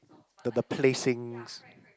but the placings